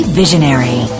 visionary